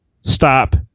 Stop